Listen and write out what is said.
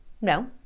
No